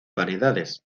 variedades